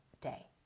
day